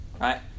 right